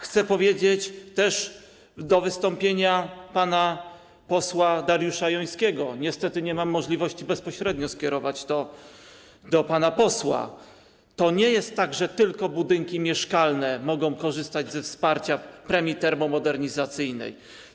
Chcę powiedzieć też w odniesieniu do wystąpienia pana posła Dariusza Jońskiego - niestety nie mam możliwości bezpośrednio skierować tego do pana posła - że to nie jest tak, że tylko budynki mieszkalne mogą korzystać ze wsparcia, z premii termomodernizacyjnej.